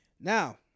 Now